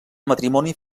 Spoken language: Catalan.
matrimoni